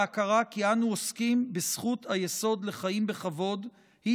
ההכרה כי אנו עוסקים בזכות היסוד לחיים בכבוד היא